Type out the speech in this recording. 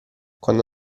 quando